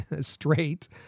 straight